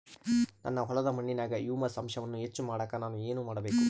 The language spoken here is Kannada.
ನನ್ನ ಹೊಲದ ಮಣ್ಣಿನಾಗ ಹ್ಯೂಮಸ್ ಅಂಶವನ್ನ ಹೆಚ್ಚು ಮಾಡಾಕ ನಾನು ಏನು ಮಾಡಬೇಕು?